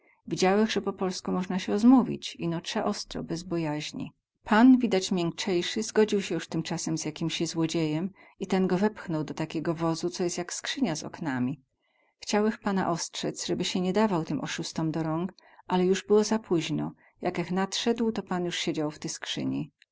widziałech ze po polsku mozna sie ozmówić ino trza ostro bez bojaźni pan widać miękcejsy zgodził sie juz tymcasem z jakimsi złodziejem i ten go wepchnął do takiego wozu co jest jak skrzynia z oknami chciałech pana ostrzec zeby sie nie dawał tym osiustom do rąk ale juz było za późno jakech nadsedł to pan juz siedział w ty skrzyni